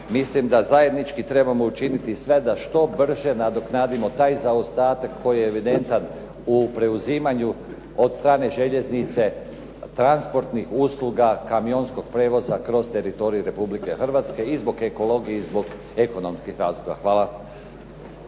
mislim da zajednički trebamo učiniti sve da što brže nadoknadimo taj zaostatak koji je evidentan u preuzimanju od strane željeznice transportnih usluga kamionskog prijevoza kroz teritorij Republike Hrvatske i zbog ekologije i zbog ekonomskih razloga. Hvala.